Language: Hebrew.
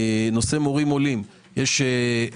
נושא